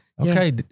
Okay